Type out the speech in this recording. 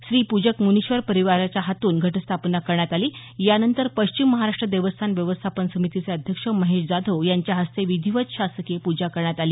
श्रीपूजक मुनीश्वर परिवाराच्या हातून घटस्थापना करण्यात आली यानंतर पश्चिम महाराष्ट्र देवस्थान व्यवस्थापन समितीचे अध्यक्ष महेश जाधव यांच्या हस्ते विधिवत शासकीय पूजा करण्यात आली